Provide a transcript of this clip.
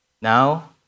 Now